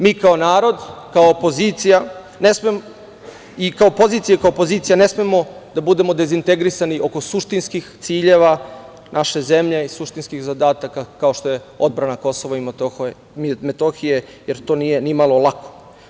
Mi kao narod, kao opozicija i kao pozicija i kao opozicija ne smemo da budemo dezintegrisani oko suštinskih ciljeva naše zemlje i suštinskih zadataka, kao što je odbrana Kosova i Metohije, jer to nije ni malo lako.